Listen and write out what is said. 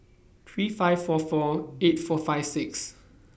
three five four four eight four five six